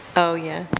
oh yeah,